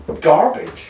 garbage